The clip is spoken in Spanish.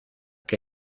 que